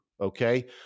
Okay